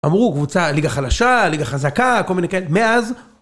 אמרו קבוצה ליגה חלשה, ליגה חזקה, כל מיני, כן, מאז.